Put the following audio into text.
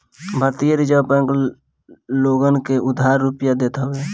भारतीय reserve bank लोगन के उधार रुपिया देत हवे